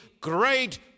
great